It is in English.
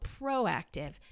proactive